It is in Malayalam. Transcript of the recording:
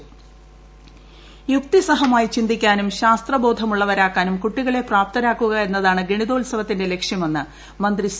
രവീന്ദ്രനാഥ് ഗണിതം യുക്തിസഹമായി ചിന്തിക്കാനും ശാസ്ത്രബോധമുള്ളവരാക്കാനും കുട്ടികളെ പ്രാപ്തരാക്കുക എന്നതാണ് ഗണിതോത്സവത്തിന്റെ ലക്ഷ്യമെന്ന് മന്ത്രി സി